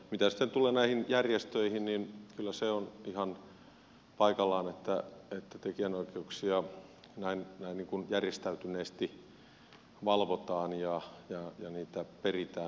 mitä sitten tulee näihin järjestöihin niin kyllä se on ihan paikallaan että tekijänoikeuksia näin järjestäytyneesti valvotaan ja maksuja peritään